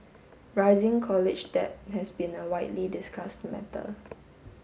rising college debt has been a widely discussed matter